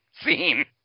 scene